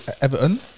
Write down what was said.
Everton